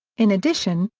in addition,